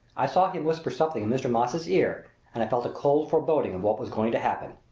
i saw him whisper something in mr. moss' ear and i felt a cold foreboding of what was going to happen.